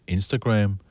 Instagram